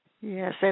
Yes